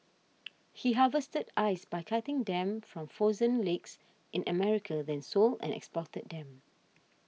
he harvested ice by cutting them from frozen lakes in America then sold and exported them